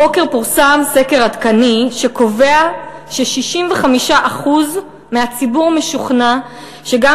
הבוקר פורסם סקר עדכני שקובע ש-65% מהציבור משוכנע שגם